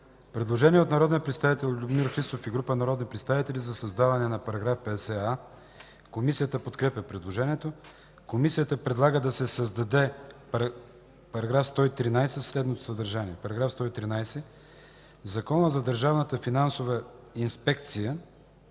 Предложение от народния представител Любомир Христов и група народни представители за създаване на § 50а. Комисията подкрепя предложението. Комисията предлага да се създаде § 113 със следното съдържание: „§ 113. В Закона за държавната финансова инспекция